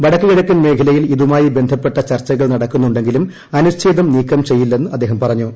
വടക്ക് കിഴക്കൻ മേഖലയിൽ ഇതുമായി ബസ്സ്പ്പെട്ടം ചർച്ചകൾ നടക്കുന്നുണ്ടെങ്കിലും അനുച്ഛേദം നീക്കം ചെയ്യില്ലെന്ന് അദ്ദേഹൃ് പറഞ്ഞു